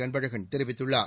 அன்பழகன் தெரிவித்துள்ளார்